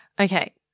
Okay